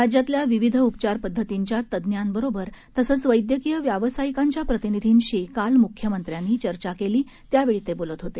राज्यातल्या विविध उपचारपदधतींच्या तजांबरोबर तसंच वैदयकीय व्यावसायिकांच्या प्रतिनिधींशी काल मुख्यमंत्र्यांनी चर्चा केली त्यावेळी ते बोलत होते